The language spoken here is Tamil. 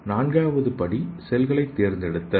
நான்காவது படி செல்களை தேர்ந்தெடுத்தல்